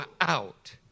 out